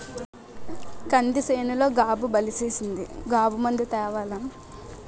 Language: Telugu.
కంది సేనులో గాబు బలిసీసింది గాబు మందు తేవాల